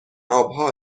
آبها